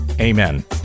Amen